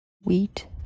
wheat